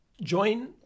join